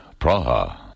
Praha